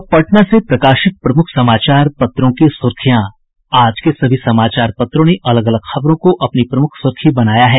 अब पटना से प्रकाशित प्रमुख समाचार पत्रों की सुर्खियां आज के सभी समाचार पत्रों ने अलग अलग खबरों को अपनी प्रमुख सुर्खी बनाया है